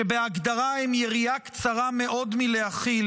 שבהגדרה הם יריעה קצרה מאוד מלהכיל